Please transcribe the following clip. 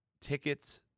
tickets